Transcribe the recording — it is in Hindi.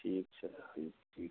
ठीक सर ठीक ठीक